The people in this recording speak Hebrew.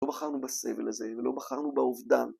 לא בחרנו בסבל הזה ולא בחרנו באובדן